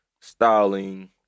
styling